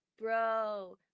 Bro